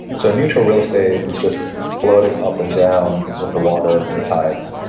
so, neutral real estate is just floating up and down with the water and the tides.